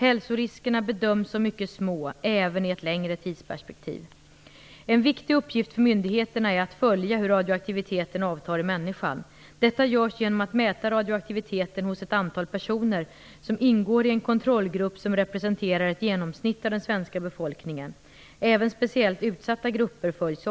Hälsoriskerna bedöms som mycket små, även i ett längre tidsperspektiv. En viktig uppgift för myndigheterna är att följa hur radioaktiviteten avtar i människan. Detta gör man genom att mäta radioaktiviteten hos ett antal personer som ingår i en kontrollgrupp som representerar ett genomsnitt av den svenska befolkningen. Även speciellt utsatta grupper följs.